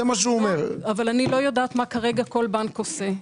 אני לא יודעת מה כרגע כל בנק עושה.